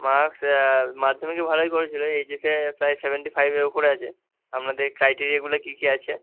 marks মাধ্যমিকে ভালোই করেছিলো এইচ এসে প্রায় সেভেন্টি ফাইভের ওপরে আছে আপনাদের ক্রাইটেরিয়াগুলা কী কী আছে